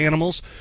animals